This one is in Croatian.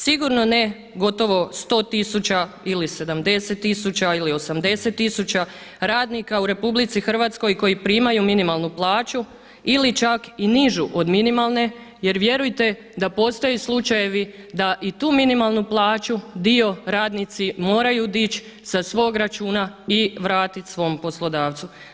Sigurno ne gotovo 100 tisuća ili 70 tisuća ili 80 tisuća radnika u RH koji primaju minimalnu plaću ili čak i nižu od minimalne jer vjerujte da postoje slučajevi da i tu minimalnu plaću dio radnici moraju dići sa svog računa i vratiti svom poslodavcu.